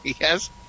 Yes